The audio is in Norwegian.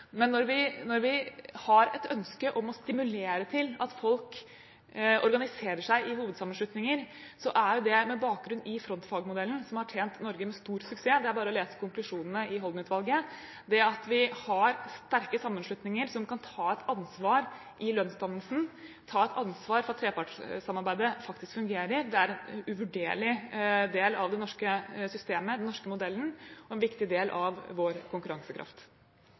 Men når vi har et ønske om å stimulere til at folk organiserer seg i hovedsammenslutninger, er det med bakgrunn i frontfagmodellen, som har tjent Norge med stor suksess – det er bare å lese konklusjonene til Holden-utvalget. Det at vi har sterke sammenslutninger som kan ta et ansvar i lønnsdannelsen og ta et ansvar for at trepartssamarbeidet faktisk fungerer, er en uvurderlig del av det norske systemet, den norske modellen, og en viktig del av vår konkurransekraft.